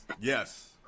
yes